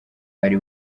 ari